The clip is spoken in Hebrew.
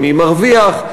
מי מרוויח?